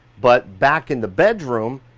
but back in the bedroom,